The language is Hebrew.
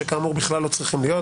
שכאמור בכלל לא צריכים להיות,